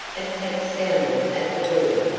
a tap sounded at the door.